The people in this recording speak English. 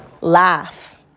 Laugh